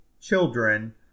children